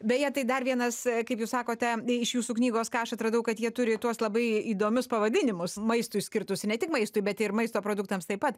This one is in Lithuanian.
beje tai dar vienas kaip jūs sakote iš jūsų knygos ką aš atradau kad jie turi tuos labai įdomius pavadinimus maistui skirtus ir ne tik maistui bet ir maisto produktams taip pat